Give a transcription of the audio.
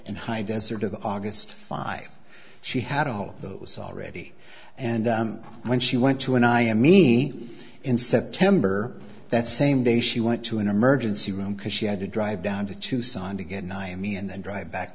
and high desert of august five she had all those already and when she went to and i am me in september that same day she went to an emergency room because she had to drive down to tucson to get nih and me and then drive back